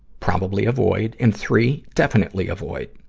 probably avoid and three, definitely avoid.